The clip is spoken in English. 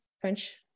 French